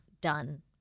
done